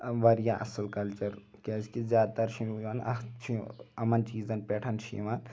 واریاہ اَصِل کَلچَر کیاز کہِ زیاد تَر چھُ یِوان اَتھ چھُ یِمَن چیٖزَن پٮ۪ٹھ چھُ یِوان